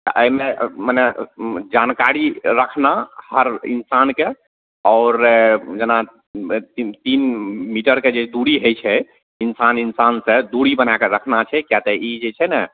अइमे मने जानकारी रखना हर इंसानके आओर जेना तीन मीटरके जे दूरी होइ छै इन्सान इंसान सँ दूरी बनाकऽ रखना छै किया तऽ ई जे छै ने